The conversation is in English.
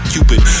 Cupid